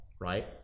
right